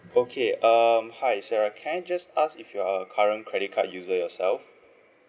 okay um hi sarah can I just ask if you're current credit card user yourself